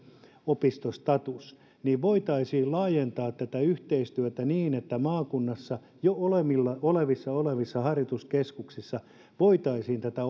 opistostatus niin voitaisiin laajentaa tätä yhteistyötä niin että maakunnassa jo olemassa olevissa olevissa harjoituskeskuksissa voitaisiin tätä